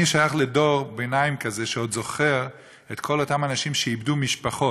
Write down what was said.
אני שייך לדור ביניים כזה שעוד זוכר את כל אותם אנשים שאיבדו משפחות.